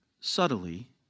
subtly